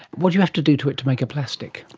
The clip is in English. what do you have to do to it to make a plastic?